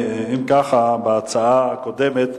אם כך, בהצעה הקודמת,